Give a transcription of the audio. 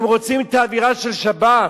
הם רוצים את האווירה של שבת.